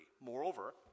Moreover